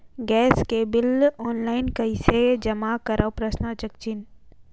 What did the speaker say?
Gas के bill online कइसे जमा करव?